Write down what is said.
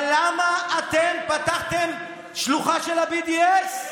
אבל למה אתם פתחתם שלוחה של ה-BDS?